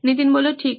নীতিন ঠিক